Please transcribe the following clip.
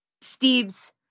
Steve's